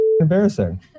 embarrassing